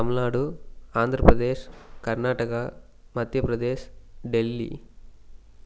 Tamil Nadu Andhra Pradesh Karnataka Madhya Pradesh Delhi